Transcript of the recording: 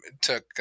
took